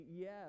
yes